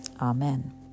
Amen